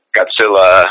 Godzilla